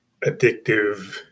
addictive